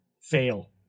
fail